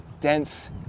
dense